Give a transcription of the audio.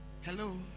Hello